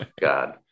God